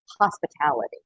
Hospitality